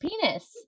penis